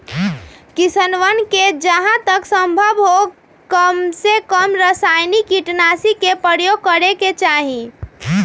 किसनवन के जहां तक संभव हो कमसेकम रसायनिक कीटनाशी के प्रयोग करे के चाहि